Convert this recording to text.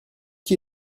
qui